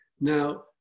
now